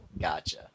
Gotcha